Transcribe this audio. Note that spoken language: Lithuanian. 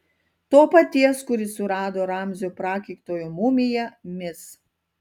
to paties kuris surado ramzio prakeiktojo mumiją mis